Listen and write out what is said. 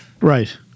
Right